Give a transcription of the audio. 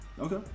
Okay